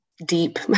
Deep